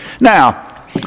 Now